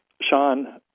Sean